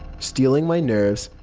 steeling my nerves,